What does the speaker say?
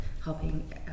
helping